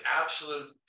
absolute